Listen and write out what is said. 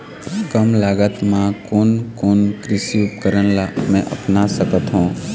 कम लागत मा कोन कोन कृषि उपकरण ला मैं अपना सकथो?